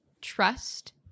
trust